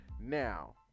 now